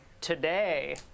today